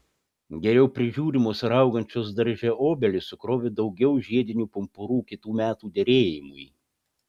geriau prižiūrimos ar augančios darže obelys sukrovė daugiau žiedinių pumpurų kitų metų derėjimui